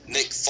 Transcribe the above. Nick